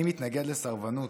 אני מתנגד לסרבנות,